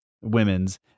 women's